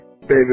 Baby